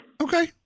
Okay